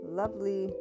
lovely